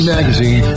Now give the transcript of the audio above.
Magazine